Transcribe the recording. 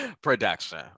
Production